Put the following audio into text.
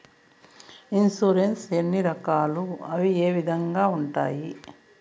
insurance ఎన్ని రకాలు అవి ఏ విధంగా ఉండాయి